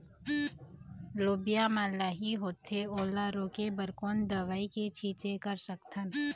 लोबिया मा लाही होथे ओला रोके बर कोन दवई के छीचें कर सकथन?